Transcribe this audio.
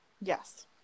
Yes